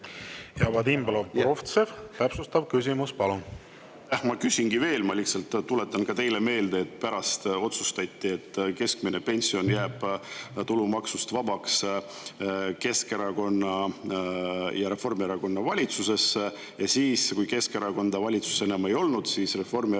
Vadim Belobrovtsev, täpsustav küsimus, palun! Aitäh! Ma küsingi veel. Ma lihtsalt tuletan ka teile meelde, et pärast otsustati, et keskmine pension jääb tulumaksust vabaks, Keskerakonna ja Reformierakonna valitsuses, ja kui Keskerakonda valitsuses enam ei olnud, siis Reformierakonna